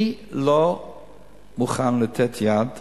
אני לא מוכן לתת יד